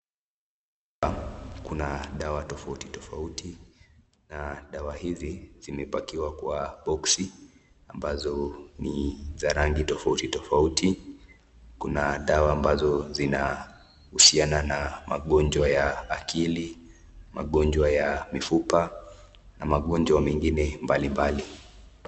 Hapa kuna dawa tofauti tofauti na dawa hizi zimepakiwa kwa boksi ambazo ni za rangi tofauti tofauti. Kuna dawa ambazo zinahusiana na magonjwa ya akili, magonjwa ya mifupa na magonjwa mengine mbalimbali.